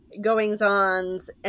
goings-ons